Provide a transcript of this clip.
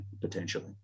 potentially